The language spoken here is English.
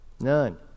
None